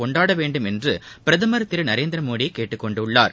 கொண்டாட வேண்டும் என்று பிரதமர் திரு நரேந்திரமோடி கேட்டுக் கொண்டிருக்கிறார்